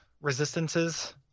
resistances